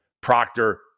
Proctor